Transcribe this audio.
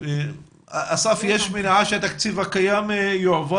אסף, יש מניעה שהתקציב יועבר?